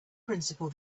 principle